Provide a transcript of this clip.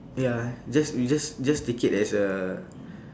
ya just you just just take it as a